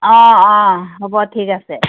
অ' অ' হ'ব ঠিক আছে